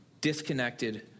disconnected